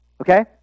okay